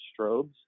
strobes